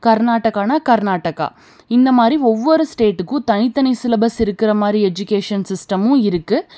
கர்நாடகான்னால் கர்நாடகா இந்தமாதிரி ஒவ்வொரு ஸ்டேட்டுக்கும் தனித்தனி சிலபஸ் இருக்கிற மாதிரி எஜூகேஷன் சிஸ்டமும் இருக்குது